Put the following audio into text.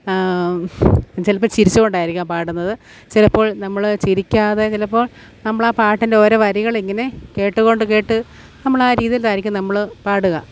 ചിലപ്പോൾ ചിരിച്ചു കൊണ്ട് ആയിരിയ്ക്കും പാടുന്നത് ചിലപ്പോൾ നമ്മൾ ചിരിക്കാതെ ചിലപ്പോൾ നമ്മൾ ആ പാട്ടിൻ്റെ ഓരോ വരികൾ ഇങ്ങനെ കേട്ടുകൊണ്ട് കേട്ടു നമ്മൾ ആ രീതിയിൽ ആയിരിക്കും നമ്മൾ പാടുക